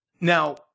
Now